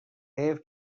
حیف